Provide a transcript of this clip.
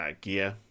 gear